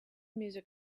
music